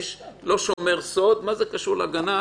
אם האיש לא שומר סוד, מה זה קשור למכרז של גנן?